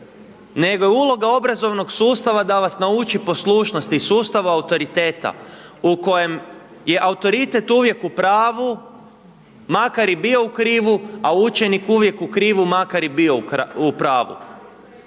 nego je uloga obrazovnog sustava da vas nauči poslušnosti i sustava autoriteta u kojem je autoritet uvijek u pravu makar i bio u pravu a učenik uvijek u krivu makar i bio u pravu.